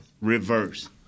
Reverse